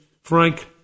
Frank